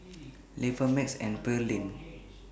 Levar Max and Pearlene